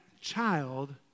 child